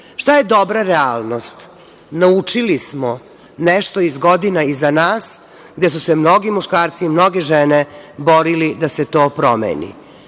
je dobra realnost? Naučili smo nešto iz godina iza nas gde su se mnogi muškarci i mnoge žene borili da se to promeni.